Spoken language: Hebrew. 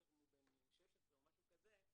בטח אם הוא בן 16 או משהו כזה,